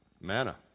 manna